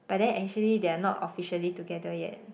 but then actually they are not officially together yet